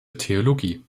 theologie